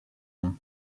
ans